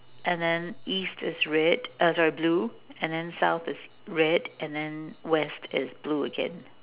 and then east is red uh sorry blue and then south is red and then west is blue again